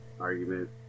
argument